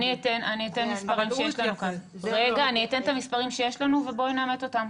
אני אתן את המספרים שיש לנו ובואי נאמת אותם.